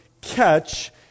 catch